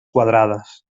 quadrades